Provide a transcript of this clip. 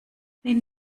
wenn